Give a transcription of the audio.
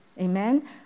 Amen